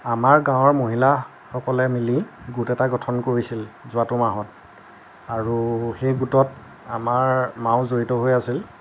আমাৰ গাওঁৰ মহিলাসকলে মিলি গোট এটা গঠন কৰিছিল যোৱাটো মাহত আৰু সেই গোটত আমাৰ মাও জড়িত হৈ আছিল